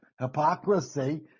hypocrisy